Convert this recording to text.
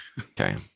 Okay